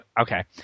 okay